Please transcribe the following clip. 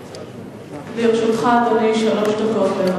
לרשותך, אדוני, שלוש דקות.